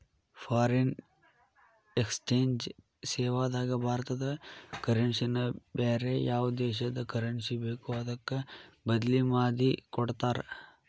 foreign exchange ಸೇವಾದಾಗ ಭಾರತದ currency ನ ಬ್ಯಾರೆ ಯಾವ್ ದೇಶದ್ ಕರೆನ್ಸಿ ಬೇಕೊ ಅದಕ್ಕ ಬದ್ಲಿಮಾದಿಕೊಡ್ತಾರ್